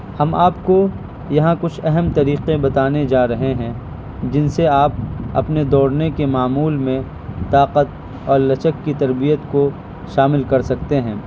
ہم آپ کو یہاں کچھ اہم طریقے بتانے جا رہے ہیں جن سے آپ اپنے دوڑنے کے معمول میں طاقت اور لچک کی تربیت کو شامل کر سکتے ہیں